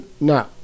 No